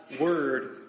word